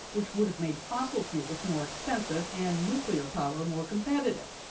which would have made fossil fuels more expensive and nuclear power more competitive.